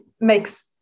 makes